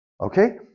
Okay